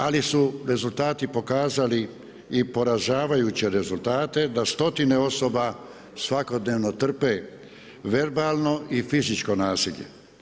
Ali su rezultati pokazali i poražavajuće rezultate da stotine osoba svakodnevno trpe verbalno i fizičko nasilje.